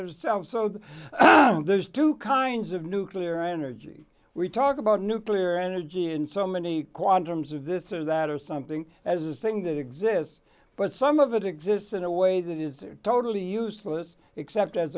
itself so that there's two kinds of nuclear energy we talk about nuclear energy and so many quantum's of this or that or something as a saying that exists but some of it exists in a way that is totally useless except as